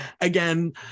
again